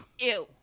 Ew